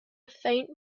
faint